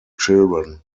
children